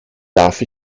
darf